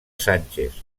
sánchez